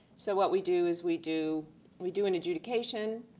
so what we do is we do we do in adjudication,